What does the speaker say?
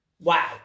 wow